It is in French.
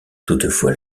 toutefois